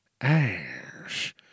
ash